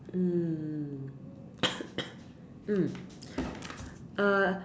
mm mm uh